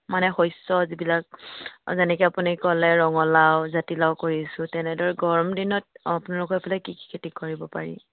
মানে শস্য যিবিলাক যেনেকৈ আপুনি ক'লে ৰঙালাও জাতিলাও কৰিছোঁ তেনেদৰে গৰম দিনত আপোনালোকৰ ফালে কি কি খেতি কৰিব পাৰি